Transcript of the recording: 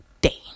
Day